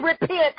repent